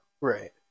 Right